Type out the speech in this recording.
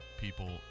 people